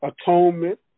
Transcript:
atonement